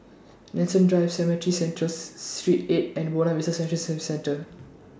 Nanson Drive Cemetry Central Street eight and Buona Vista Service Centre